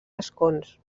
escons